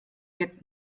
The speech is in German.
jetzt